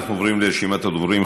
אנחנו עוברים לרשימת הדוברים.